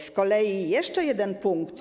Z kolei jeszcze jeden punkt.